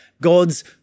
God's